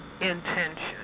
intention